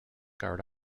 guard